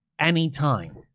anytime